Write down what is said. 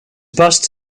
bust